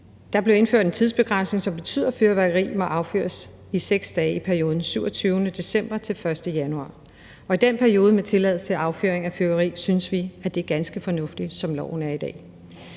Der blev indført en tidsbegrænsning, som betyder, at fyrværkeri må affyres i 6 dage i perioden fra den 27. december til den 1. januar, og den periode med tilladelse til affyring af fyrværkeri synes vi er ganske fornuftig, som loven er i dag.